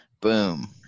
Boom